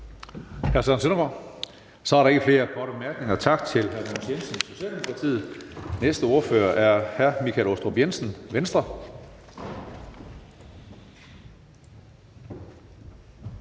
Så er der ikke flere korte bemærkninger. Tak til hr. Mogens Jensen, Socialdemokratiet. Næste ordfører er hr. Michael Aastrup Jensen, Venstre.